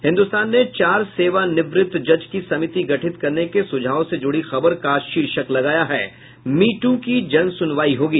हिन्दुस्तान ने चार सेवानिवृत जज की समिति गठित करने के सुझाव से जुड़ी खबर का शीर्षक लगाया है मी टू की जनसुनवाई होगी